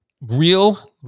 real